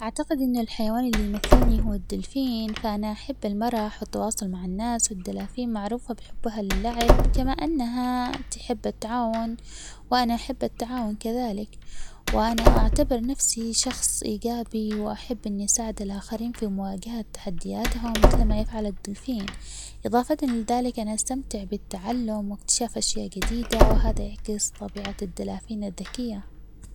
أعتقد إنو الحيوان اللي يمثلني هو الدولفين فأنا أحب المرح والتواصل مع الناس فالدلافين معروفة بحبها للعب كما أنها تحب التعاون وأنا أحب التعاون كذلك وأنا أعتبر نفسي شخص إيجابي وأحب إني أساعد الآخرين في مواجهة تحدياتهم مثلما يفعل الدولفين، إضافةً لذلك أنا أستمتع بالتغلم واكتشاف أشياء جديدة وهذا يعكس طبيعة الدلافين الذكية.